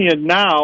now